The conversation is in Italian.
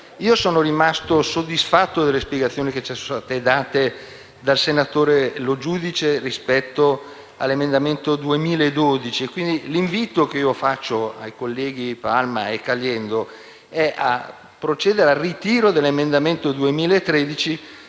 Sono rimasto soddisfatto delle spiegazioni date dal relatore Lo Giudice rispetto all'emendamento 4.12, quindi l'invito che faccio ai colleghi Palma e Caliendo è di procedere al ritiro dell'emendamento 4.13